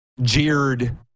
Jeered